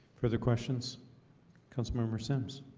further questions comes murmur sims